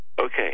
Okay